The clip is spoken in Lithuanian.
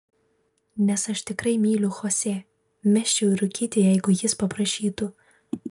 nes aš tikrai myliu chosė mesčiau ir rūkyti jeigu jis paprašytų